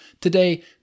Today